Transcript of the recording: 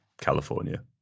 California